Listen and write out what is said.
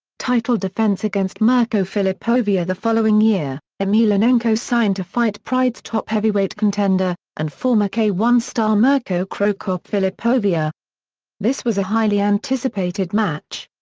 title defense against mirko filipovic the following year, emelianenko signed to fight pride's top heavyweight contender, and former k one star mirko cro cop filipovic. ah this was a highly anticipated match.